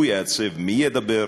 הוא יעצב מי ידבר,